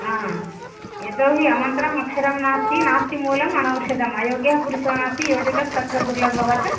यतोहि अमन्तरम् अक्षरं नास्ति नास्ति मूलम् अनौषधम् अयोग्यः पुरूषो नास्ति योजकस्तत्र दुर्लभवत्